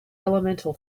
elemental